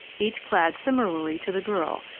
each clad similarly to the girl,